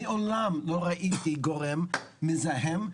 מעולם לא ראיתי גורם מזהם,